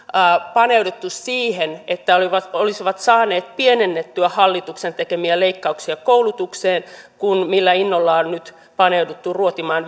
paneuduttu siihen että olisivat saaneet pienennettyä hallituksen tekemiä leikkauksia koulutukseen kuin millä innolla on on nyt paneuduttu ruotimaan